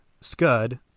Scud